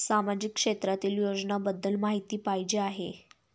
सामाजिक क्षेत्रातील योजनाबद्दल माहिती पाहिजे आहे?